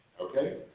okay